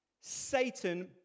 Satan